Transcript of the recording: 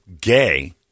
gay